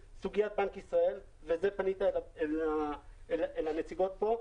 סוגיית בנק ישראל ואת זה צריך להפנות אל הנציגות שנמצאות כאן.